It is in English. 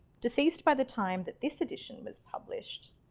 deceased by the time that this edition was published,